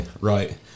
right